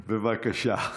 בבקשה.